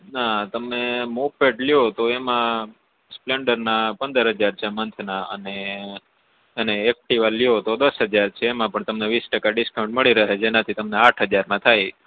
ના તમે બુકલેટ લ્યો તો એમાં સ્પેલન્ડરના પંદર હજાર છે મંથના અને અને એક્ટિવા લ્યો તો દશ હજાર છે એમાં પણ તમને વીસ ટકા ડિસ્કાઉન્ટ મળી રહે જેનાથી તમારે આઠ હજારમાં થાય